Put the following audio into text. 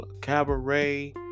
cabaret